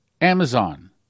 Amazon